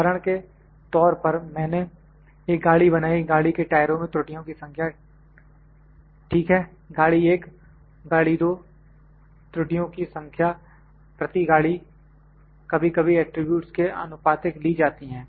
उदाहरण के तौर पर मैंने एक गाड़ी बनाई गाड़ी के टायरों में त्रुटियों की संख्या ठीक है गाड़ी 1 गाड़ी 2 त्रुटियों की संख्या प्रति गाड़ी कभी कभी एट्रिब्यूट्स के आनुपातिक ली जाती है